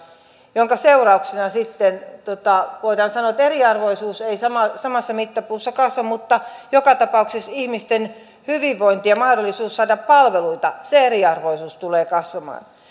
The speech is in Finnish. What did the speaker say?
jonka seurauksena sitten voidaan sanoa että eriarvoisuus ei samassa mittapuussa kasva mutta joka tapauksessa ihmisten hyvinvointi ja mahdollisuus saada palveluita se eriarvoisuus tulee kasvamaan